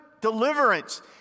deliverance